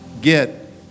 get